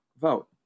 vote